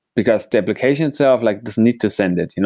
because the application itself like doesn't need to send it. you know